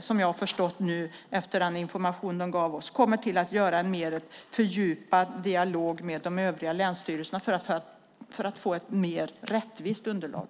som jag har förstått efter den information de gav oss, kommer att ha en fördjupad dialog med de övriga länsstyrelserna för att få ett mer rättvist underlag.